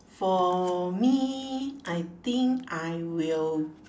for me I think I will